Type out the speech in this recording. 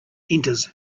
enters